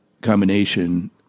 combination